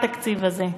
התקציב הזה,